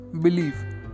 believe